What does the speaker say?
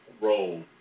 role